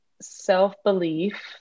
self-belief